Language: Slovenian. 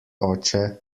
oče